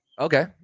Okay